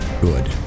Good